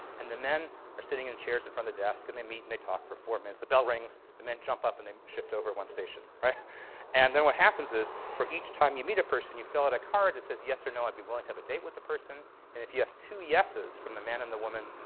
and the men are sitting in chairs in front of the desk. and they meet. and they talk for four minutes. the bell rings. the men jump up. and they shift over one station. and then what happens is, for each time you meet a person, you fill out a card that says yes or no i'd be willing to have a date with the person if you have two yeses from the man and the woman,